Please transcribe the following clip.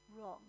wrong